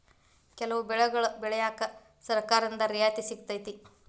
ಕೆಲವು ಬೆಳೆಗನ್ನಾ ಬೆಳ್ಯಾಕ ಸರ್ಕಾರದಿಂದ ರಿಯಾಯಿತಿ ಸಿಗತೈತಿ